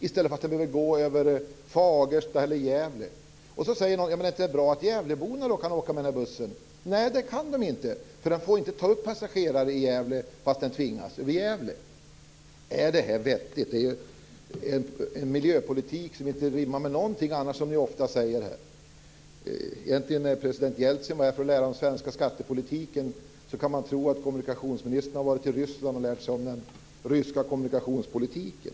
I stället behöver man nu gå över Fagersta eller Gävle. Så säger kanske någon att det är bra att gävleborna kan åka med den bussen. Nej, det kan de inte, för bussen får inte ta upp passagerare i Gävle fastän den tvingas över Gävle. Är det här vettigt? Det är en miljöpolitik som inte rimmar med någonting. President Jeltsin var här för att lära sig om den svenska skattepolitiken. Man kan tro att kommunikationsministern har varit i Ryssland och lärt sig om den ryska kommunikationspolitiken.